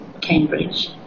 Cambridge